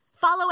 Follow